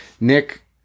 Nick